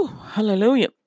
Hallelujah